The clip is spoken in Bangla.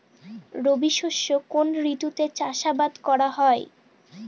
রবি শস্য কোন ঋতুতে চাষাবাদ করা হয়?